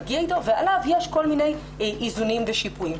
ועליו יש כל מיני איזונים ושיפויים.